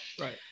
Right